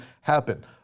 happen